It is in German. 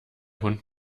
hund